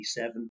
1987